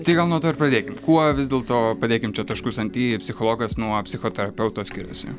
tai gal nuo to ir pradėkim kuo vis dėlto padėkim čia taškus ant i psichologas nuo psichoterapeuto skiriasi